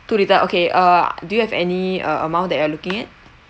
too little okay uh do you have any uh amount that you are looking at